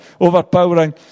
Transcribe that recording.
overpowering